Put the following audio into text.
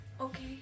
Okay